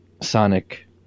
Sonic